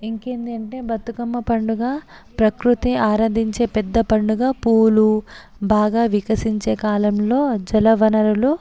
ఇంకేంటి అంటే బతుకమ్మ పండుగ ప్రకృతి అరాధించే పెద్ద పండుగ పూలు బాగా వికసించే కాలంలో జలవనరులు